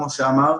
כמו שאמרת,